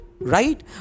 right